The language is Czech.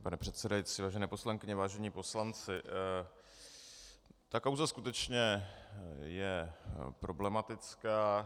Pane předsedající, vážené poslankyně, vážení poslanci, ta kauza skutečně je problematická.